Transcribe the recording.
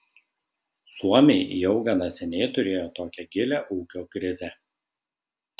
suomiai jau gana seniai turėjo tokią gilią ūkio krizę